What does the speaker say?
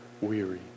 weary